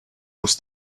muss